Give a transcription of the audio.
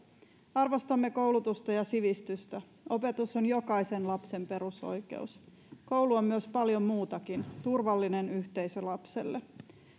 arvostamme koulutusta ja sivistystä opetus on jokaisen lapsen perusoikeus koulu on paljon muutakin turvallinen yhteisö lapselle